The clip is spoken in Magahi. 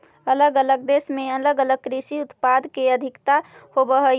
अलग अलग देश में अलग अलग कृषि उत्पाद के अधिकता होवऽ हई